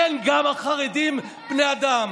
כן, גם החרדים בני אדם,